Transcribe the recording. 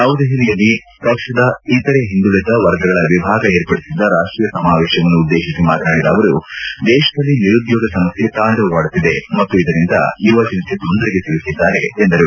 ನವದೆಹಲಿಯಲ್ಲಿ ಪಕ್ಷದ ಇತರೆ ಹಿಂದುಳಿದ ವರ್ಗಗಳ ವಿಭಾಗ ಏರ್ಪಡಿಸಿದ್ದ ರಾಷ್ಷೀಯ ಸಮಾವೇಶವನ್ನು ಉದ್ದೇಶಿಸಿ ಮಾತನಾಡಿದ ಅವರು ದೇಶದಲ್ಲಿ ನಿರುದ್ದೋಗ ಸಮಸ್ತೆ ತಾಂಡವವಾಡುತ್ತಿದೆ ಮತ್ತು ಇದರಿಂದ ಯವಜನತೆ ತೊಂದರೆಗೆ ಸಿಲುಕಿದ್ದಾರೆ ಎಂದರು